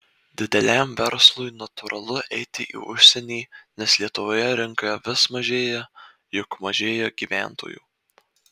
dideliam verslui natūralu eiti į užsienį nes lietuvoje rinka vis mažėja juk mažėja gyventojų